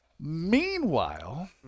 Meanwhile